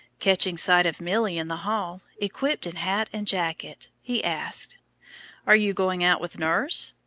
catching sight of milly in the hall, equipped in hat and jacket, he asked are you going out with nurse?